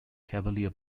cavalier